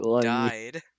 died